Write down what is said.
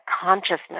consciousness